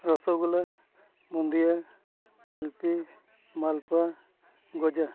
ᱨᱚᱥᱚᱜᱚᱞᱞᱟ ᱵᱩᱫᱤᱭᱟᱹ ᱡᱷᱤᱞᱯᱤ ᱢᱟᱞᱯᱩᱣᱟᱹ ᱜᱚᱡᱟ